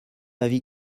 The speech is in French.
avis